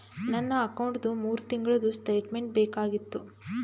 ನನ್ನ ಅಕೌಂಟ್ದು ಮೂರು ತಿಂಗಳದು ಸ್ಟೇಟ್ಮೆಂಟ್ ಬೇಕಾಗಿತ್ತು?